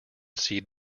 seed